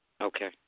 Okay